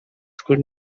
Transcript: could